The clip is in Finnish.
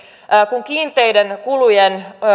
kun kiinteiden kulujen